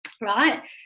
Right